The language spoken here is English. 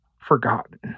forgotten